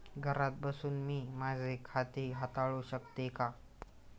घरात बसून मी माझे खाते हाताळू शकते का?